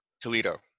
Toledo